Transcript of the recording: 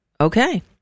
Okay